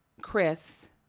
Chris